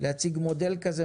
להציג מודל כזה,